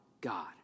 God